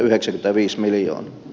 arvoisa puhemies